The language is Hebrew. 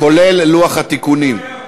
כולל לוח התיקונים.